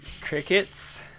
Crickets